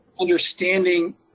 understanding